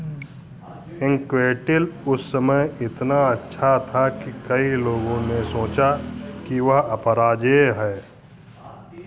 एंक्वेटेल उस समय इतना अच्छा था कि कई लोगों ने सोचा कि वह अपराजेय है